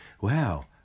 wow